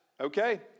okay